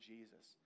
Jesus